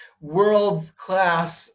world-class